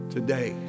Today